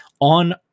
on